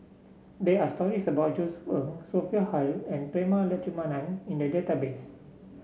there are stories about Josef Ng Sophia Hull and Prema Letchumanan in the database